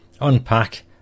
unpack